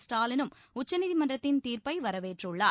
ஸ்டாலினும் உச்சநீதிமன்றத்தின் தீர்ப்பை வரவேற்றுள்ளார்